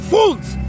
Fools